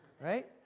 right